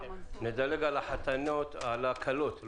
אני אופטימי ושמח על הקמת הוועדה.